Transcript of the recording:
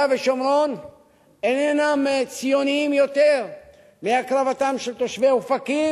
ושומרון איננה ציונית יותר מהקרבתם של תושבי אופקים,